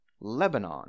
Lebanon